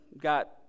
got